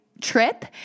trip